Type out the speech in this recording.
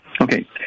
Okay